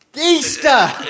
Easter